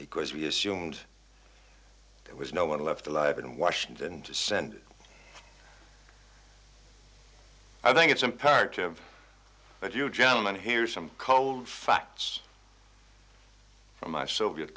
because we assumed it was no one left alive in washington to send i think it's imperative that you gentlemen here's some cold facts from my soviet